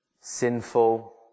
sinful